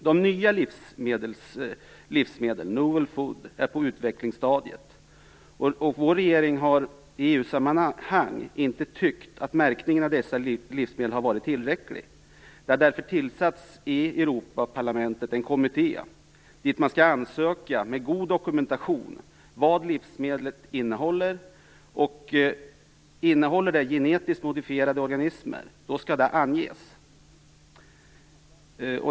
De nya livsmedlen, novel foods, är på utvecklingsstadiet. Vår regering har i EU-sammanhang inte tyckt att märkningen av dessa livsmedel har varit tillräcklig. Europaparlamentet har därför tillsatt en kommitté där man ansöker med god dokumentation om vad livsmedlet innehåller. Innehåller det genetiskt modifierade organismer skall det anges.